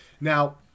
Now